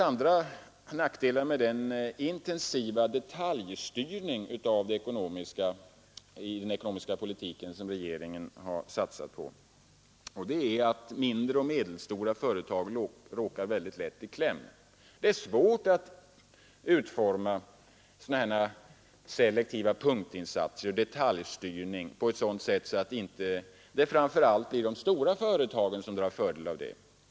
Andra nackdelar med den intensiva detaljstyrning av den ekonomiska politiken som regeringen har satsat på är att mindre och medelstora företag mycket lätt råkar komma i kläm. Det är svårt att utforma selektiva punktinsatser och en detaljstyrning på ett sådant sätt att det inte framför allt blir de stora företagen som drar fördel därav.